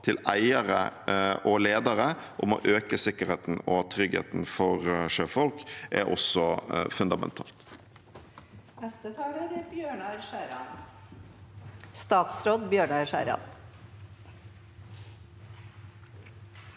til eiere og ledere om å øke sikkerheten og tryggheten for sjøfolk, er også fundamental.